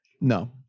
No